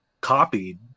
copied